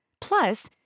Plus